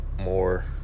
more